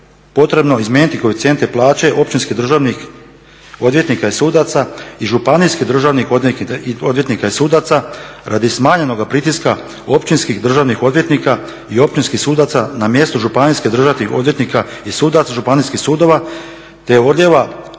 potrebno izmijeniti koeficijente plaće općinskih državnih odvjetnika i sudaca i županijskih državnih odvjetnika i sudaca radi smanjenoga pritiska općinskih državnih odvjetnika i općinskih sudaca na mjestu županijske držati odvjetnika i sudac Županijskih sudova, te odlijeva kvalitetnog